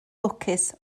lwcus